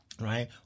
Right